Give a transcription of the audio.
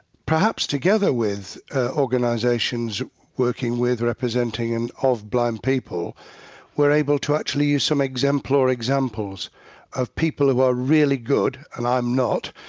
perhaps together with organisations working with representing and of blind people were able to actually use some exemplar examples of people who are really good and i'm not,